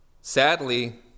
sadly